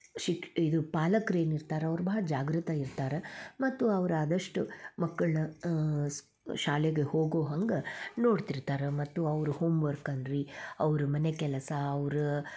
ಶಿಟ್ ಇದು ಪಾಲಕ್ರು ಏನಿರ್ತಾರೆ ಅವರು ಭಾಳ ಜಾಗೃತ ಇರ್ತಾರ ಮತ್ತು ಅವರು ಆದಷ್ಟು ಮಕ್ಕಳನ್ನ ಸ್ ಶಾಲೆಗೆ ಹೋಗೋ ಹಂಗೆ ನೋಡ್ತಿರ್ತಾರೆ ಮತ್ತು ಅವರು ಹೋಮ್ವರ್ಕ್ ಆಗಲಿ ಅವರು ಮನೆ ಕೆಲಸ ಅವ್ರು